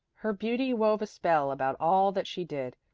her beauty wove a spell about all that she did,